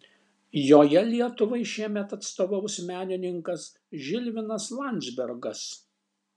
joje lietuvai šiemet atstovaus menininkas žilvinas landzbergas